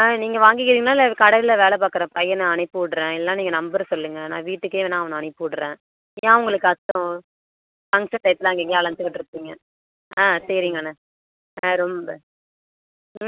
ஆ நீங்கள் வாங்கிக்கிறீங்களா இல்லை கடையில் வேலை பார்க்கற பையனை அனுப்பி விட்றேன் இல்லைன்னா நீங்கள் நம்பர் சொல்லுங்க நான் வீட்டுக்கே வேணால் அவனை அனுப்பி விட்றேன் ஏன் உங்களுக்கு கஷ்டம் பங்க்ஷன் டயத்தில் அங்கேயும் இங்கேயும் அலைஞ்சிக்கிட்ருப்பீங்க ஆ சரிங்கண்ணே வேறு ஒன்றும் இல்லை